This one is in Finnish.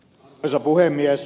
arvoisa puhemies